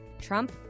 Trump